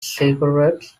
cigarettes